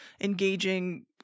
engaging